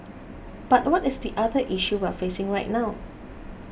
but what is the other issue we're facing right now